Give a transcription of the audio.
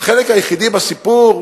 החלק היחיד בסיפור,